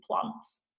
plants